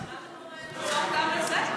טוב, אנחנו כנראה נחזור גם לזה.